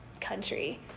country